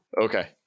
Okay